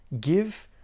Give